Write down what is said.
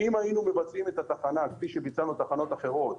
אם היינו מבצעים את התחנה כפי שביצענו תחנות אחרות,